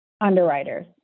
Underwriters